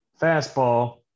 fastball